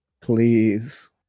Please